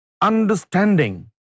understanding